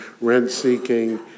rent-seeking